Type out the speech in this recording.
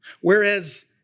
Whereas